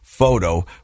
photo